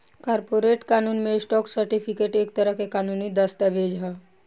corporate कानून में, stock certificate एक तरह के कानूनी दस्तावेज ह